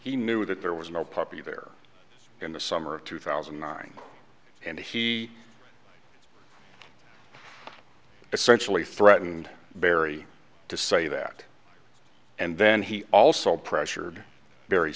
he knew that there was no poppy there in the summer of two thousand and nine and he essentially threatened barry to say that and then he also pressured